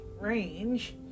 range